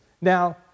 Now